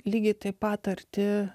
lygiai taip pat arti